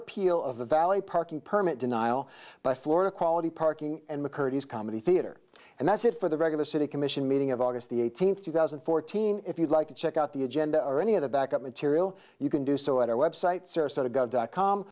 appeal of the valet parking permit denial by florida quality parking and mccurdy as comedy theater and that's it for the regular city commission meeting of august the eighteenth two thousand and fourteen if you'd like to check out the agenda or any of the back up material you can do so at our website sarasota go dot com